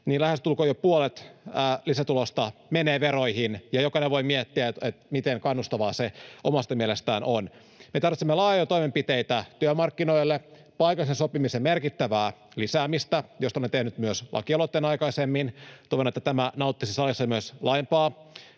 jo lähestulkoon puolet lisätuloista menee veroihin, ja jokainen voi miettiä, miten kannustavaa se omasta mielestään on. Me tarvitsemme laajoja toimenpiteitä työmarkkinoille, paikallisen sopimisen merkittävää lisäämistä, josta olen tehnyt myös lakialoitteen aikaisemmin — toivon, että tämä nauttisi salissa myös laajempaa